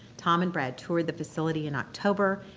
tom and brad toured the facility in october.